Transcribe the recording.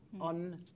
on